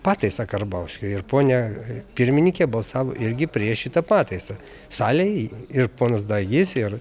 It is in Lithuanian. pataisą karbauskio ir ponia pirmininkė balsavo irgi prieš šitą pataisą salėj ir ponas dagys ir